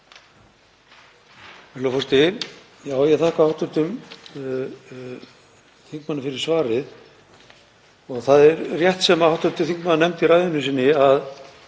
Það er rétt sem hv. þingmaður nefndi í ræðu sinni að